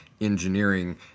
engineering